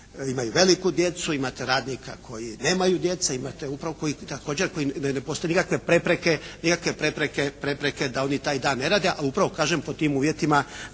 imaju veliku djecu, imate radnika koji nemaju djece. Imate upravo koji također koji, ne postoje nikakve prepreke da oni taj ne rade. A upravo kažem pod tim uvjetima